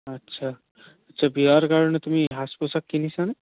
আচ্ছা বিয়াৰ কাৰণে তুমি সাজ পোচাক কিনিছানে